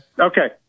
okay